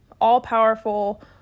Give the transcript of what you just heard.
all-powerful